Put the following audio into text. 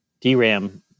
DRAM